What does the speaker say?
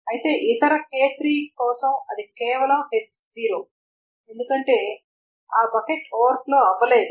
అయితే ఇతర k3 కోసం అది కేవలం h0 ఎందుకంటే ఆ బకెట్ ఓవర్ ఫ్లో అవ్వలేదు